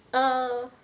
err